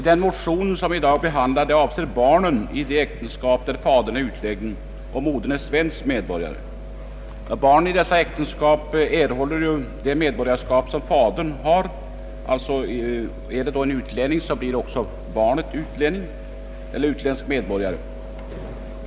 Den motion som i dag behandlas avser barnen i de äktenskap, där fadern är utlänning och modern svensk medborgare. Barnen i dessa äktenskap erhåller ju det medborgarskap som fadern har. Är denne en utlänning, blir också barnen utländska medborgare.